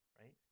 right